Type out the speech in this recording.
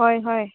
ꯍꯣꯏ ꯍꯣꯏ